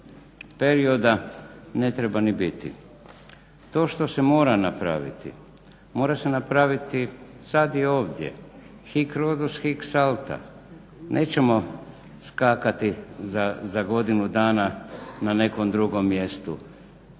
perioda ne treba ni biti. To što se mora napraviti mora se napraviti sad i ovdje, hik rodus hik salta, nećemo skakati za godinu dana na nekom drugom mjestu.